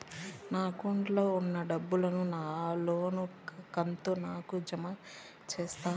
నా అకౌంట్ లో ఉన్న డబ్బును నా లోను కంతు కు జామ చేస్తారా?